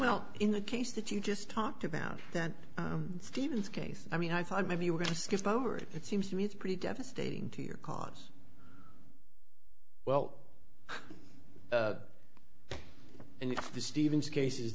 well in the case that you just talked about that stevens case i mean i thought maybe you were going to skip over it it seems to me it's pretty devastating to your cause well if the stevens case